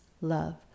love